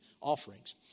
offerings